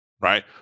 right